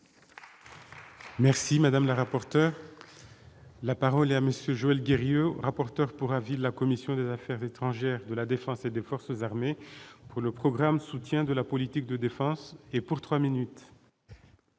Merci madame la rapporteure, la parole est à monsieur Joël E rapporteur pour avis de la commission des Affaires étrangères de la Défense et des forces armées pour le programme de soutien de la politique de défense et pour 3 minutes.